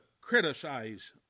criticize